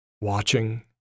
watching